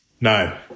No